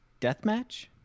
deathmatch